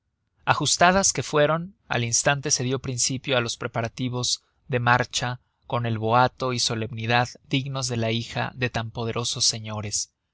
ajustadas que fueron al instante se dió principio á los preparativos de marcha con el boato y solemnidad dignos de la hija de tan poderosos señores